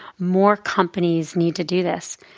more companies need to do this.